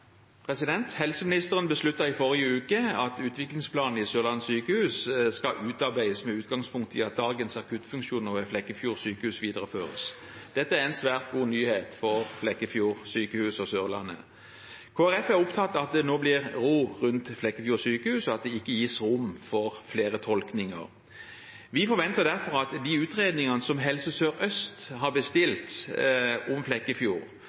Helseministeren besluttet i forrige uke at utviklingsplanen for Sørlandet sykehus skal utarbeides med utgangspunkt i at dagens akuttfunksjoner ved Flekkefjord sykehus videreføres. Dette er en svært god nyhet for Flekkefjord sykehus og Sørlandet. Kristelig Folkeparti er opptatt av at det nå blir ro rundt Flekkefjord sykehus, og at det ikke gis rom for flere tolkninger. Vi forventer derfor at de utredningene som Helse Sør-Øst har bestilt om